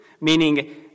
meaning